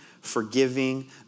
forgiving